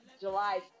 July